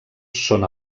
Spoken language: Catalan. són